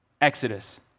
Exodus